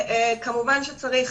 כמובן שצריך